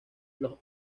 los